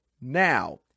Now